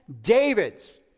David's